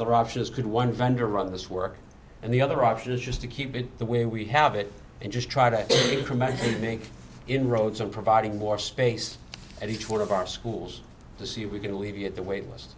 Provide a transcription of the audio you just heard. other options could one vendor run this work and the other option is just to keep it the way we have it and just try to make inroads on providing more space at each one of our schools to see if we can alleviate the waitlist